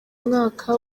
mwaka